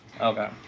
Okay